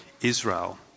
Israel